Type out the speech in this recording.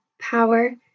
power